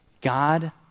God